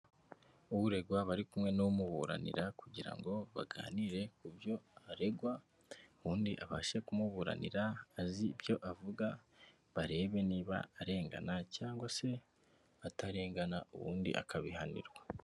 Uregwa aba ari kumwe n'umuburanira kugira ngo baganire ku byo aregwa, ubundi abashe kumuburanira azi ibyo avuga, barebe niba arengana cyangwa se atarengana ubundi akabihanirwa.